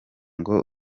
ngo